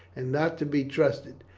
and not to be trusted.